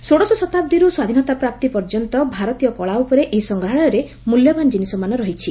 ଷୋଡ଼ଶ ଶତାବ୍ଦୀରୁ ସ୍ୱାଧୀନତା ପ୍ରାପ୍ତି ପର୍ଯ୍ୟନ୍ତ ଭାରତୀୟ କଳା ଉପରେ ଏହି ସଂଗ୍ରହାଳୟରେ ମୂଲ୍ୟବାନ ଜିନିଷମାନ ରହିଛି